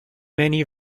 many